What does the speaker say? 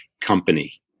company